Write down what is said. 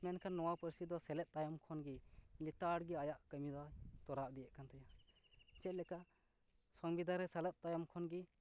ᱢᱮᱱᱠᱷᱟᱱ ᱱᱚᱶᱟ ᱯᱟᱹᱨᱥᱤ ᱫᱚ ᱥᱮᱞᱮᱫ ᱛᱟᱭᱚᱢ ᱠᱷᱚᱱ ᱜᱮ ᱞᱮᱛᱟᱲ ᱜᱮ ᱟᱭᱟᱜ ᱠᱟᱹᱢᱤ ᱫᱚᱭ ᱛᱚᱨᱟᱣ ᱤᱫᱤᱭᱮᱫ ᱠᱟᱱ ᱛᱟᱭᱟ ᱪᱮᱫ ᱞᱮᱠᱟ ᱥᱚᱝᱵᱤᱫᱷᱟᱱ ᱥᱮᱞᱮᱫ ᱛᱟᱭᱚᱢ ᱠᱷᱚᱱ ᱜᱮ